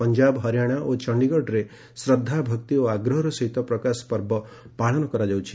ପଞ୍ଜାବ ହରିଆଣା ଓ ଚଣ୍ଡିଗଡ଼ରେ ଶ୍ରଦ୍ଧା ଭକ୍ତି ଓ ଆଗ୍ରହର ସହିତ ପ୍ରକାଶ ପର୍ବ ପାଳନ କରାଯାଉଛି